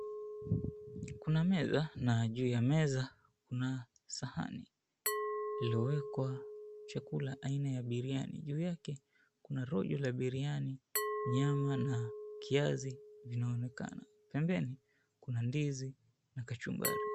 Kuna meza na juu ya meza kuna sahani lililowekelewa chakula aina ya biriani. Juu yake kuna rojo la biriani nyama na kiasi inaonekana. Pembeni kuna ndizi na kachumbari.